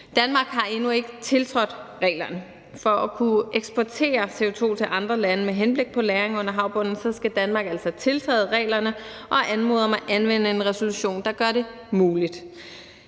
Danmark har endnu ikke tiltrådt reglerne. For at kunne eksportere CO2 til andre lande med henblik på lagring under havbunden skal Danmark tiltræde reglerne og anmode om at anvende en resolution, der gør det muligt.